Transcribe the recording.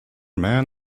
men